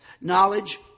knowledge